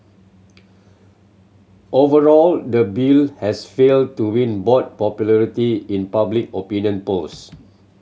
overall the bill has failed to win broad popularity in public opinion polls